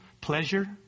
pleasure